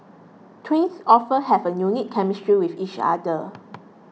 twins often have a unique chemistry with each other